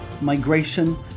migration